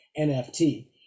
NFT